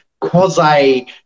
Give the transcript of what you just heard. quasi